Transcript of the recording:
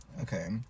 Okay